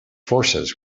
forces